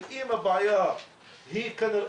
ואם הבעיה כנראה,